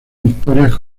victorias